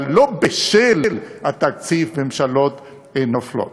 אבל לא בשל התקציב ממשלות נופלות.